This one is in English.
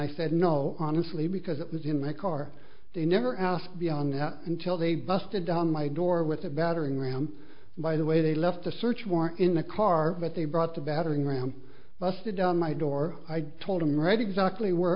i said no honestly because it was in my car they never asked the on that until they busted down my door with a battering ram by the way they left a search warrant in the car but they brought the battering ram busted down my door i told him right exactly where